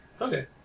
Okay